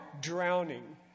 drowning